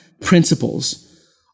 principles